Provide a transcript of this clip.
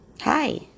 Hi